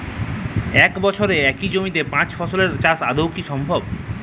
এক বছরে একই জমিতে পাঁচ ফসলের চাষ কি আদৌ সম্ভব?